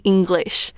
English